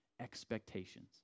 expectations